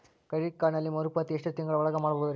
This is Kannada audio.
ಕ್ರೆಡಿಟ್ ಕಾರ್ಡಿನಲ್ಲಿ ಮರುಪಾವತಿ ಎಷ್ಟು ತಿಂಗಳ ಒಳಗ ಮಾಡಬಹುದ್ರಿ?